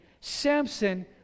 Samson